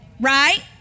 right